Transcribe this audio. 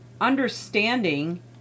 understanding